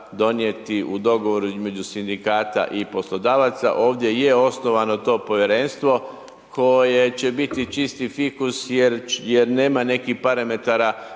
donijeti u dogovoru između sindikata i poslodavaca. Ovdje je osnovano to povjerenstvo koje će biti čisti fikus jer nema nekih parametara